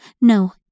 No